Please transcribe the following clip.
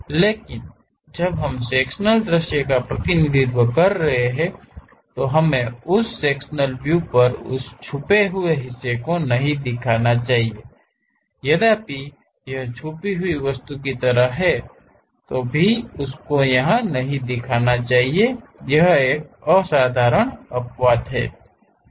लेकिन जब हम सेक्शनल दृश्य का प्रतिनिधित्व कर रहे हैं तो हमें उस सेक्शनल व्यू पर उस छिपे हुए हिस्से को नहीं दिखाना चाहिए यद्यपि यह छिपी हुई वस्तु की तरह है तो भी उसको यहा नहीं दिखाना चाहिए यह एक असाधारण अपवाद हैं